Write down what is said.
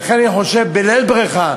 לכן אני חושב, בלית ברירה,